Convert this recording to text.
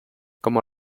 como